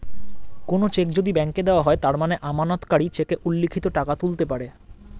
কোনো চেক যদি ব্যাংকে দেওয়া হয় তার মানে আমানতকারী চেকে উল্লিখিত টাকা তুলতে পারে